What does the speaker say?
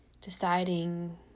deciding